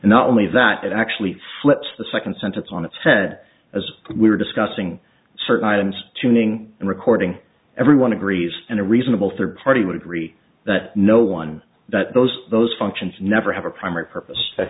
and not only that it actually flips the second sentence on its head as we were discussing certain items tuning and recording everyone agrees and a reasonable third party would read that no one knows those functions never have a primary purpose